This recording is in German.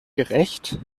gerecht